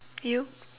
you